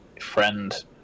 friend